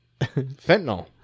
fentanyl